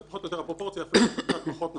זו פחות או יותר הפרופורציה, קצת פחות נולדים.